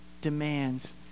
demands